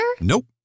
Nope